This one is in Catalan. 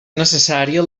necessària